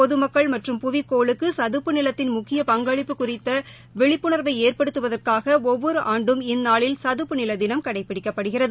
பொதுமக்கள் மற்றும் புவி கோளுக்கு சதுப்பு நிலத்தின் முக்கிய பங்களிப்பு குறித்த விழிப்புணா்வை ஏற்படுத்துவதற்காக ஒவ்வொரு ஆண்டும் இந்நாளில் சதுப்புநில தினம் கடைபிடிக்கப்படுகிறது